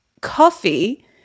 coffee